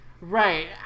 right